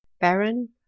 Baron